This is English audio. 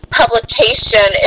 publication